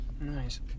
nice